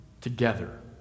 together